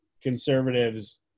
conservatives